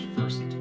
first